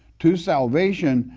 to salvation,